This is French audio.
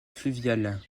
fluviale